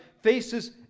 faces